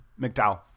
McDowell